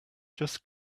just